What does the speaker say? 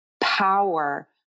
power